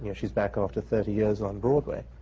yeah she's back after thirty years on broadway.